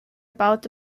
baute